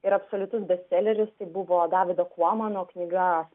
ir absoliutus bestseleris tai buvo davido kvamano knyga